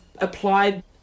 applied